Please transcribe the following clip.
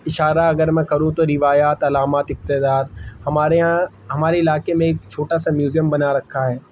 اشارہ اگر میں کروں تو روایات علامت اقتدار ہمارے یہاں ہمارے علاقے میں چھوٹا سا میوزیم بنا رکھا ہے